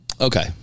Okay